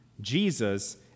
Jesus